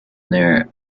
near